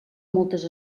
moltes